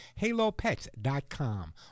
halopets.com